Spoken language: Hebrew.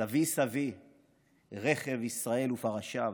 "סבי סבי רכב ישראל ופרשיו",